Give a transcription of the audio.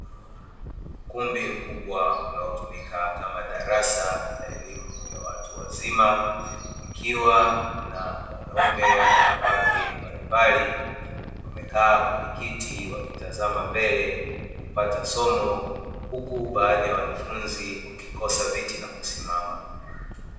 Ukumbi mkubwa unaotumika kama darasa la elimu ya watu wazima, ikiwa na wanaume na wanawake mbalimbali, wamekaa kwenye kiti wakitazama mbele kupata somo, huku baadhi ya wanafunzi wakikosa viti na kusimama.